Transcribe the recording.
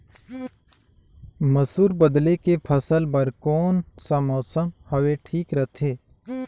मसुर बदले के फसल बार कोन सा मौसम हवे ठीक रथे?